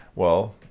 well,